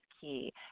key